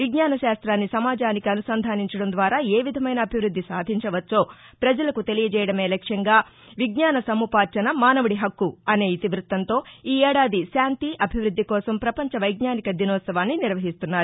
విజ్ఞాన శాస్తాన్ని సమాజానికి అనుసంధానించడం ద్వారా ఏవిధమైన అభివృద్ది సాధించవచ్చో పజలకు తెలియజేయడమే లక్ష్యంగా విజ్ఞాన సముపార్జున మానవుని హక్కు అనే ఇతివృత్తంతో ఈఏడాది శాంతి అభివృద్ది కోసం పపంచ వైజ్ఞానిక దినోత్సవాన్ని నిర్వహిస్తున్నారు